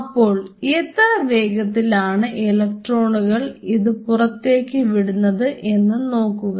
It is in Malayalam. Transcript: അപ്പോൾ എത്ര വേഗത്തിലാണ് ഇലക്ട്രോണുകൾ ഇത് പുറത്തേക്ക് വിടുന്നത് എന്ന് നോക്കുക